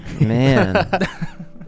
Man